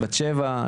בת שבע,